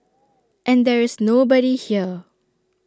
and there is nobody here